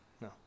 No